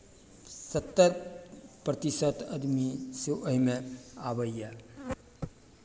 सत्तरि प्रतिशत आदमी से एहिमे आबैए